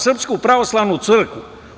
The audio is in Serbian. Srpsku pravoslavnu crkvu.